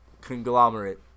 Conglomerate